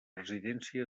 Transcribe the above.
residència